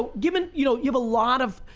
but given you know you have a lot of,